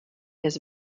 his